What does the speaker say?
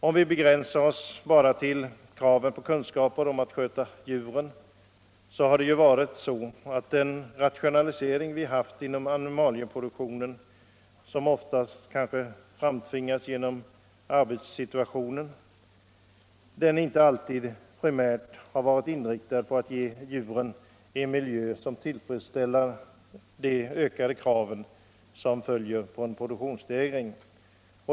Om vi begränsar oss till kraven på kunskaper om att sköta djuren finner vi att den rationalisering som ägt rum inom animalieproduktionen — som oftast framtvingats genom arbetskraftssituationen — inte alltid primärt har varit inriktad på att ge djuren en miljö som tillfredsställde de ökade krav som följer på en produktionsstegring.